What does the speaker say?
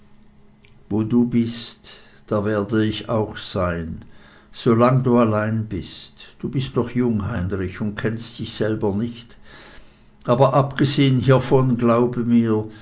wo du bist da werde ich auch sein solange du allein bleibst du bist noch jung heinrich und kennst dich selber nicht aber abgesehen hievon glaube mir